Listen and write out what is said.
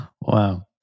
Wow